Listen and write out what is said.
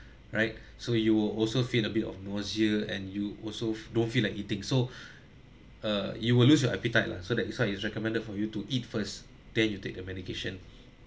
right so you will also feel a bit of nausea and you also don't feel like eating so uh you will lose your appetite lah so that is why it recommended for you to eat first then you take the medication